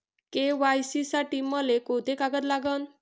KYC साठी मले कोंते कागद लागन?